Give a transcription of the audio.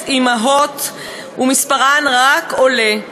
1,000 אימהות, ומספרן רק עולה,